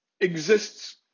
exists